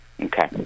Okay